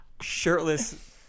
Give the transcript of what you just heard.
shirtless